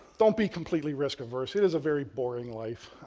don't be completely risk-averse, it is a very boring life.